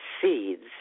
seeds